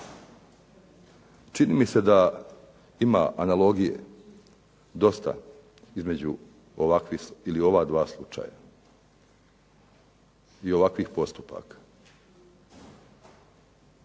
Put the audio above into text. Čini mi se da ima analogije dosta između ova dva slučaja i ovakvih postupaka.